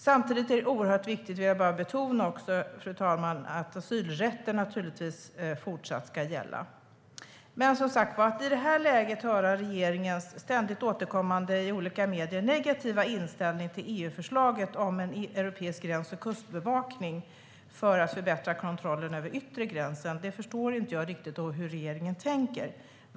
Samtidigt vill jag betona, fru talman, att det naturligtvis är oerhört viktigt att asylrätten fortsatt ska gälla. I det här läget hör vi i olika medier regeringens ständigt återkommande negativa inställning till EU-förslaget om en europeisk gräns för kustbevakning för att förbättra kontrollen vid den yttre gränsen. Jag förstår inte riktigt hur regeringen tänker.